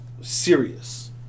serious